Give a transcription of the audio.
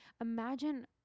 imagine